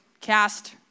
cast